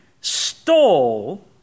stole